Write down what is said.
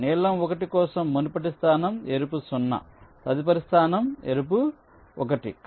నీలం 1 కోసం మునుపటి స్థానం ఎరుపు 0 తదుపరి స్థానం ఎరుపు 1